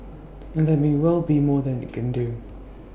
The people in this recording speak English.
and there may well be more that IT can do